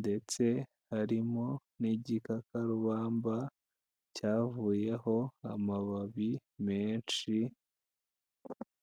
ndetse harimo n'igikakarubamba cyavuyeho amababi menshi.